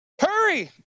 Hurry